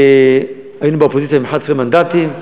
היינו באופוזיציה עם 11 מנדטים,